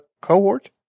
cohort